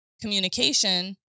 communication